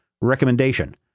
recommendation